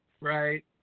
right